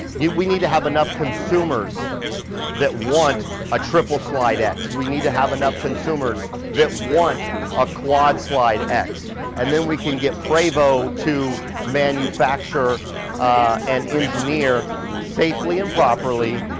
yeah we need to have enough consumers that want a triple slide x. we need to have enough consumers that want a quad slide x and then we can get prevo to manufacturer and engineer safely and properly,